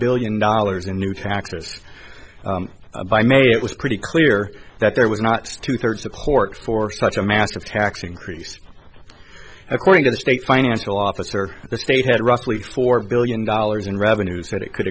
billion dollars in new taxes by may it was pretty clear that there was not two thirds of pork for such a massive tax increase according to the state financial officer the state had roughly four billion dollars in revenues that it could